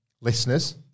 listeners